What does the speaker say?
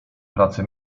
pracy